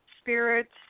spirits